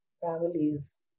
families